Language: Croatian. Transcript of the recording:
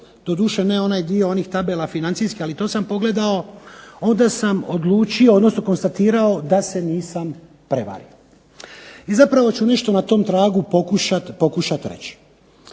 doduše ne onaj dio onih tabela financijskih, ali i to sam pogledao, onda sam odlučio odnosno konstatirao da se nisam prevario. I zapravo ću nešto na tom tragu pokušat reći.